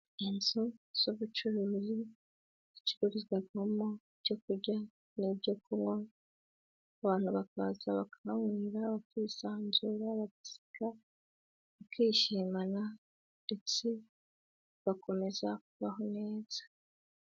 Inzu zo z'ucuruzi, zicururizwamo ibyo kurya, ibyo kunywa, abantu bakaza bakahahurira, bakisanzura, bagaseka, bakishimana, ndetse bagakomeza kubaho neza.